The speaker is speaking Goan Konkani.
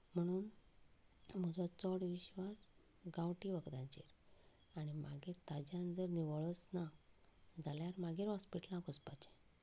म्हणून म्हाका चड विश्वास गांवठी वखदांचेर आनी मागीर ताच्यान निवळच ना जाल्यार मागीर हॉस्पिटलांत वचपाचें